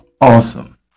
awesome